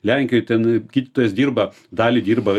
lenkijoj ten gydytojas dirba dalį dirba